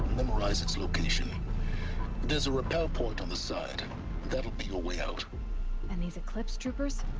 memorize its location there's a rappel point on the side that'll be your way out and these eclipse troopers?